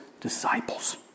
disciples